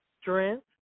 strength